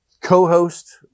co-host